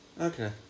Okay